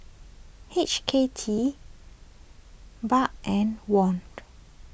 H K D Baht and Won